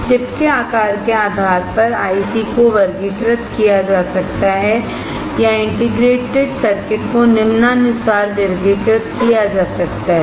chip के आकार के आधार पर आईसी को वर्गीकृत किया जा सकता है या इंटीग्रेटेड सर्किट को निम्नानुसार वर्गीकृत किया जा सकता है